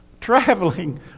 traveling